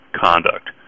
conduct